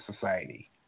society